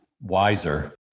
wiser